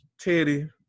Teddy